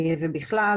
ובכלל,